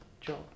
job